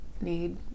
need